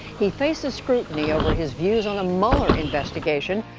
he faces scrutiny over his views on the mueller investigation,